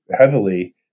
heavily